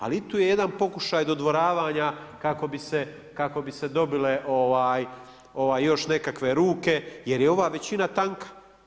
A i tu je jedan pokušaj dodvoravanja kako bi se dobile još nekakve ruke, jer je ova većina tanka.